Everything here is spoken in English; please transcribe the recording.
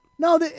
No